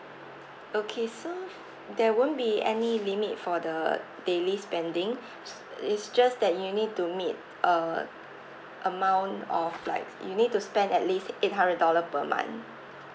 okay so there won't be any limit for the daily spending it's just that you need to meet uh amount of like you need to spend at least eight hundred dollar per month